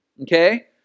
okay